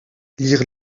lire